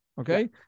Okay